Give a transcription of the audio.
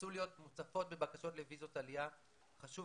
הקונסוליות מוצפות בבקשות לאשרות עלייה וחשוב